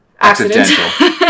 accidental